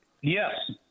Yes